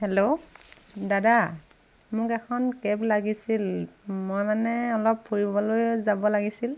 hello দাদা মোক এখন কেব লাগিছিল মই মানে অলপ ফুৰিবলৈ যাব লাগিছিল